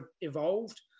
evolved